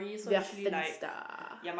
their Finsta